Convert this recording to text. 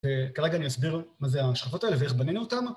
כרגע אני אסביר מה זה השכבות האלה ואיך בנינו אותן